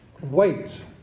wait